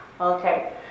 Okay